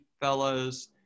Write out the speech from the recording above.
Fellows